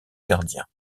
gardien